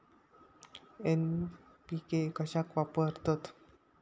NPK कशाक वापरतत?